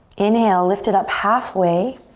inhale, lift it up halfway.